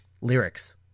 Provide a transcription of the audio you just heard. lyrics